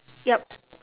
yup